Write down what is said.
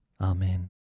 Amen